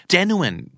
Genuine